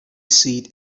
seat